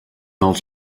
els